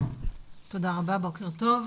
תודה רבה, בוקר טוב.